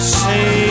say